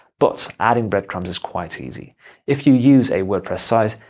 but adding breadcrumbs is quite easy if you use a wordpress site,